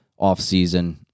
offseason